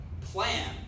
plan